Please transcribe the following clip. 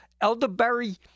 elderberry